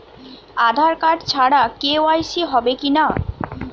আধার card ছাড়া KYC হবে কিনা?